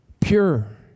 Pure